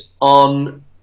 on